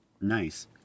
nice